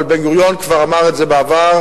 אבל בן-גוריון כבר אמר את זה בעבר: